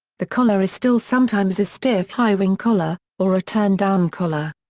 the collar is still sometimes a stiff high wing collar, or a turndown collar.